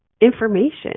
information